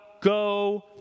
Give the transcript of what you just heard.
Go